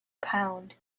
pound